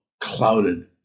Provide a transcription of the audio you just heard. clouded